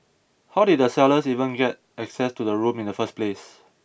how did the sellers even get access to the room in the first place